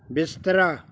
ਬਿਸਤਰਾ